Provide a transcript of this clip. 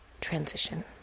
transition